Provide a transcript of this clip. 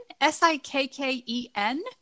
S-I-K-K-E-N